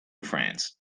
france